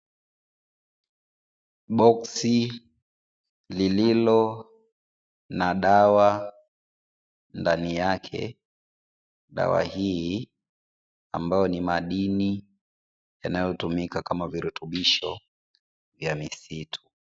Boksi lililo na dawa ndani yake, dawa hii ambayo ni madini yanayotumika kama virutubisho vya misitu.